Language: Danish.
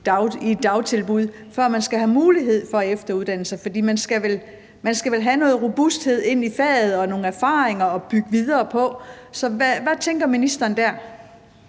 et dagtilbud, før man skal have mulighed for at efteruddanne sig, for man skal vel have noget robusthed i faget og nogle erfaringer at bygge videre på? Så hvad tænker ministeren der?